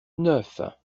neuf